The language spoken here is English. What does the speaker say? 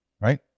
right